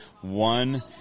One